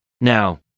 Now